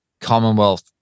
Commonwealth